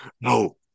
no